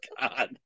god